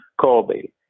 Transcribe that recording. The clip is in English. Colby